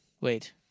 Wait